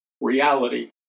reality